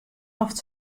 oft